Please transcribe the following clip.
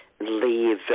leave